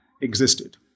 existed